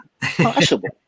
possible